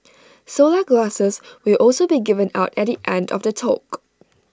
solar glasses will also be given out at the end of the talk